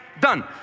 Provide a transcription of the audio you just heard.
Done